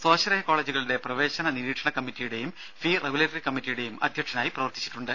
സ്വാശ്രയ കോളജുകളുടെ പ്രവേശന നിരീക്ഷണ കമ്മിറ്റിയുടെയും ഫീ റെഗുലേറ്ററി കമ്മിറ്റിയുടെയും അധ്യക്ഷനായി പ്രവർത്തിച്ചിട്ടുണ്ട്